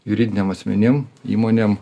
juridiniam asmenim įmonėm